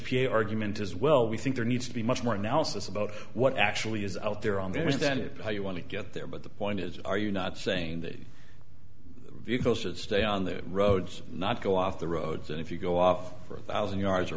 p a argument as well we think there needs to be much more analysis about what actually is out there on there is that it how you want to get there but the point is are you not saying that vehicles that stay on the roads not go off the roads and if you go off for a thousand yards or